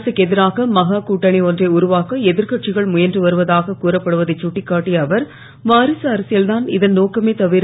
அரசுக்கு எதிராக மகா கூட்டணி ஒன்றை உருவாக்க எதிர் கட்சிகள் ழுயன்று வருவதாக் கூறப்படுவதைச் கட்டிக்காட்டிய அவர் வாரிக அரசியல்தான் இதன் நோக்கமே தவிர